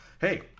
Hey